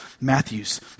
matthew's